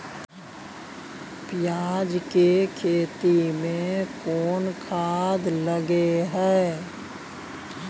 पियाज के खेती में कोन खाद लगे हैं?